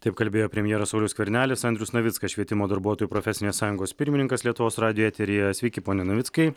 taip kalbėjo premjeras saulius skvernelis andrius navickas švietimo darbuotojų profesinės sąjungos pirmininkas lietuvos radijo eteryje sveiki pone navickai